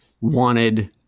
wanted